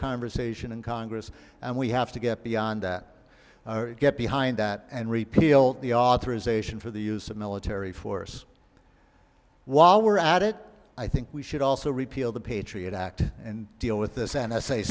conversation in congress and we have to get beyond that get behind that and repeal the authorization for the use of military force while we're at it i think we should also repeal the patriot act and deal with this n